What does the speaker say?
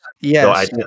yes